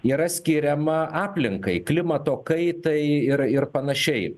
yra skiriama aplinkai klimato kaitai ir ir panašiai